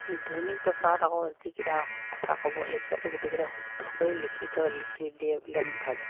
এই দৈনিক পেপাৰত আকৌ যিকেইটা কথা ক'ব সেইকেইটাটো গোটেইকেইটা শুদ্ধ কৰি লিখিত লিখি দিয়ে বুলি আমি ভাবোঁ